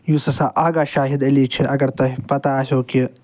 یُس ہَسا آغا شاہِد علی چھُ تۄہہِ پتہ آسیو کہ